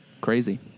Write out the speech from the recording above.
crazy